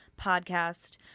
podcast